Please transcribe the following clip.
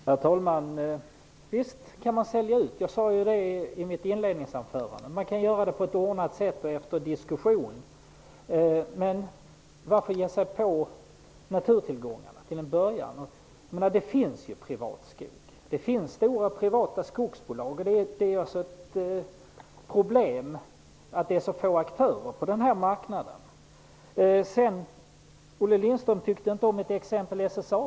Herr talman! Visst kan man sälja ut -- det sade jag i mitt inledningsanförande. Man kan göra det på ett ordnat sätt och efter diskussion. Men varför ge sig på naturtillgångarna? Det finns ju privatägd skog. Det finns stora privata skogsbolag. Problemet är att det är så få aktörer på den marknaden. Olle Lindström tyckte inte om mitt exempel SSAB.